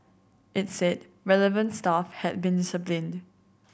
it said relevant staff had been disciplined